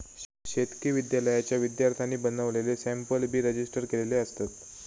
शेतकी विद्यालयाच्या विद्यार्थ्यांनी बनवलेले सॅम्पल बी रजिस्टर केलेले असतत